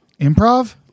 improv